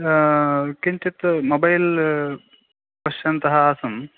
किञ्चित् मोबैल् पश्यन्तः आसम्